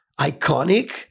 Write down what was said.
iconic